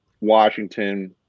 Washington